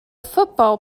football